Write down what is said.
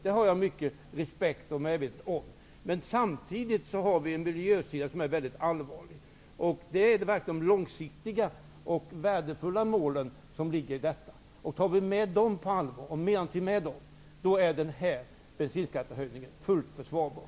Jag har mycken respekt för och medvetenhet om det. Samtidigt är miljösituationen mycket allvarlig, och det är de långsiktiga och värdefulla målen som ligger i detta. Om vi tar dem på allvar och menar någonting med dem, är den här bensinskattehöjningen fullt försvarbar.